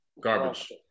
garbage